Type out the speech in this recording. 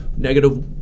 negative